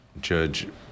Judge